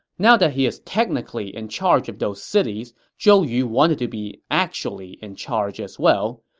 now that he is technically in charge of those cities, zhou yu wanted to be actually in charge as well.